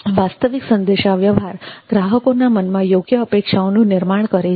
વાસ્તવિક સંદેશાવ્યવહાર ગ્રાહકોના મનમાં યોગ્ય અપેક્ષાઓનું નિર્માણ કરે છે